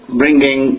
bringing